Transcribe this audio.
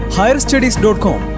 higherstudies.com